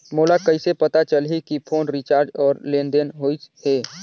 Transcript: मोला कइसे पता चलही की फोन रिचार्ज और लेनदेन होइस हे?